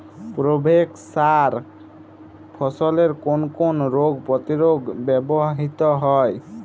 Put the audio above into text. Provex সার ফসলের কোন কোন রোগ প্রতিরোধে ব্যবহৃত হয়?